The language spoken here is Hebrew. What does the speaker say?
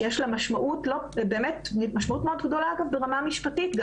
שיש לה ולמסקנות שלה משמעות מאוד גדולה גם ברמה המשפטית.